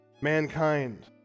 mankind